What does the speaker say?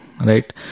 right